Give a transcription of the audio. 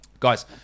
Guys